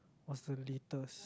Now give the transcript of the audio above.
was the latest